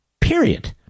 Period